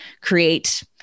create